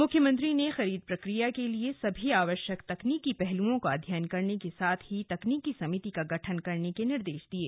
मुख्यमंत्री ने खरीद प्रक्रिया के लिये सभी आवश्यक तकनीकी पहलुओं का अध्ययन करने के साथ ही तकनीकी समिति का गठन करने के निर्देश दिये